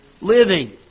Living